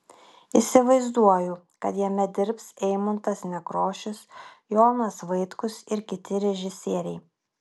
įsivaizduoju kad jame dirbs eimuntas nekrošius jonas vaitkus ir kiti režisieriai